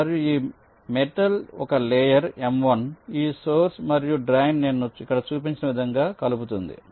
మరియు ఈ మెటల్ ఒక లేయర్ m1 ఈ సోర్స్ మరియు డ్రాయిన్ నేను ఇక్కడ చూపించిన విధంగా కలుపుతుంది